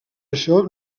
això